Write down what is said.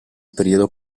periodo